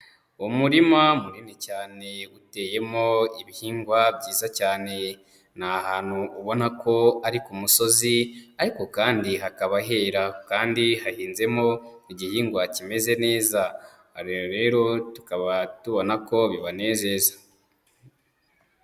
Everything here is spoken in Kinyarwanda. Umurima munini cyane uteyemo ibihingwa byiza cyane, ni ahantu ubona ko ari ku musozi ariko kandi hakaba hera kandi hahinzemo igihingwa kimeze neza, rero tukaba tubona ko bibanezeza.